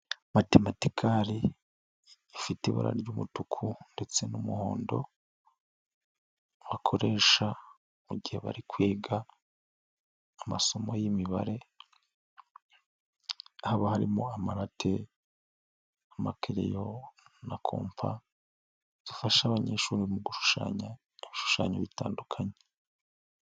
Matemayikale ifite ibara ry'umutuku ndetse n'umuhondo bakoresha mu gihe bari kwiga amasomo y'imibare, haba harimo amarate, amakereyo na kompa, zifasha abanyeshuri mu gushushanya ibishushanyo bitandukanye.